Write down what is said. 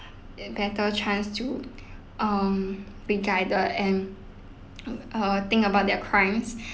a better chance to um be guided and uh think about their crimes